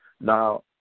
now